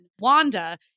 Wanda